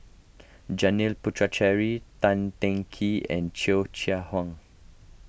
Janil Puthucheary Tan Teng Kee and Cheo Chai Hiang